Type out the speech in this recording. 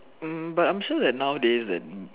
um but I'm sure nowadays then